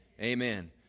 Amen